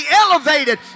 elevated